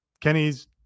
Kenny's